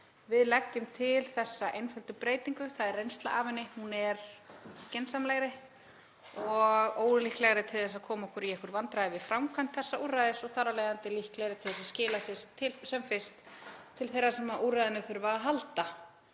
Við leggjum til þessa einföldu breytingu. Það er reynsla af henni. Hún er skynsamlegri og ólíklegri til að koma okkur í einhver vandræði við framkvæmd þessa úrræðis og þar af leiðandi líklegri til þess að skila sér sem fyrst til þeirra sem á úrræðinu þurfa að halda,